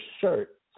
shirt